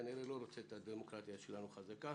כנראה לא רוצה את הדמוקרטיה שלנו חזקה.